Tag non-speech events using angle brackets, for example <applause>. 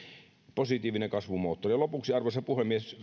positiivinen kasvumoottori ja lopuksi arvoisa puhemies <unintelligible>